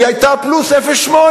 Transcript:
היא היתה פלוס 0.8,